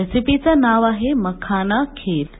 रेसिपीचं नाव आहे मखाना खीर